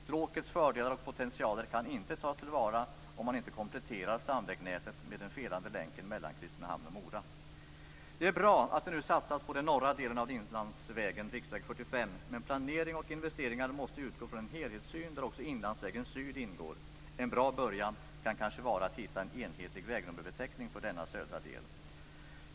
Stråkets fördelar och potentialer kan inte tas till vara om man inte kompletterar stamvägnätet med den felande länken mellan Kristinehamn och Mora. Det är bra att det nu satsas på den norra delen av Inlandsvägen riksväg 45, men planering och investeringar måste utgå från en helhetssyn där också Inlandsvägen Syd ingår. En bra början kan kanske vara att hitta en enhetlig vägnummerbeteckning för denna södra del.